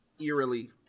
Eerily